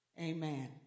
Amen